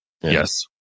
Yes